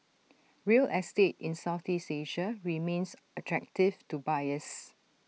real estate in Southeast Asia remains attractive to buyers